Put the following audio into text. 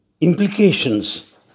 implications